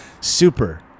super